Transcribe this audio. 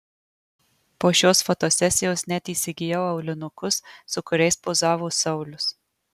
po šios fotosesijos net įsigijau aulinukus su kuriais pozavo saulius